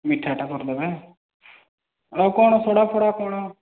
ମିଠାଟା କରିଦେବେ ଆଉ କ'ଣ ସୋଡ଼ାଫୋଡ଼ା କ'ଣ